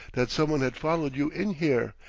that some one had followed you in here,